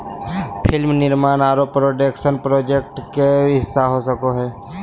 film निर्माण आरो production project के हिस्सा हो सको हय